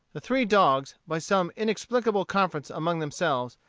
the three dogs, by some inexplicable conference among themselves,